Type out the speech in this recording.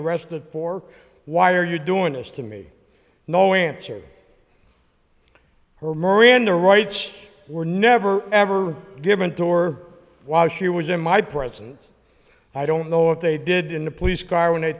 arrested for why are you doing this to me knowing answers her miranda rights were never ever given door while she was in my presence i don't know if they did in the police car when